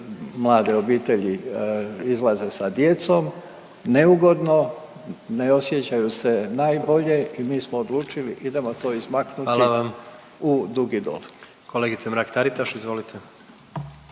mlade obitelji izlaze sa djecom, neugodno ne osjećaju se najbolje i mi smo odlučili idemo to izmaknuti… …/Upadica